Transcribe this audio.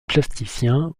plasticien